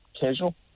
casual